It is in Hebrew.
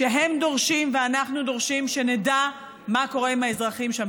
כשהם דורשים ואנחנו דורשים שנדע מה קורה עם האזרחים שם,